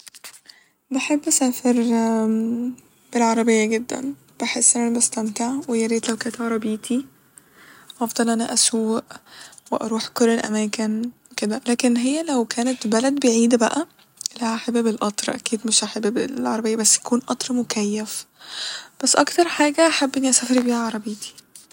بحب أسافر بالعربية جدا بحس إن أنا بستمتع وياريت لو كات عربيتي وافضل انا اسوق وأروح كل الأماكن كده لكن هي لو كانت بلد بعيدة بقى لا هحب ا بالقطر اكيد مش هحب بالعربية بس يكون قطر مكيف بس اكتر حاجة احب اني اسافر بيها عربيتي